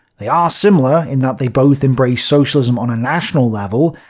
they are similar, in that they both embrace socialism on a national level,